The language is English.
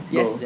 Yes